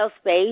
space